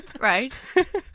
Right